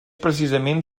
precisament